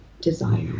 desire